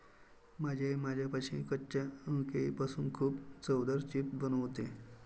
माझी आई माझ्यासाठी कच्च्या केळीपासून खूप चवदार चिप्स बनवते